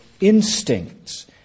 instincts